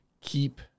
keep